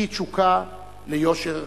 היא תשוקה ליושר חברתי.